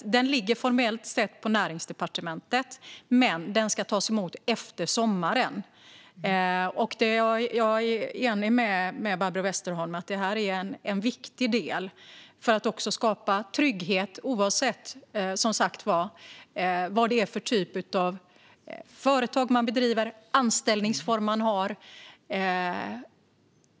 Den utredningen ligger formellt sett på Näringsdepartementet. Den ska tas emot efter sommaren. Jag är enig med Barbro Westerholm om att det är en viktig del för att skapa trygghet oavsett vad det är för typ av företag man bedriver eller anställningsform man har.